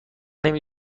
نمی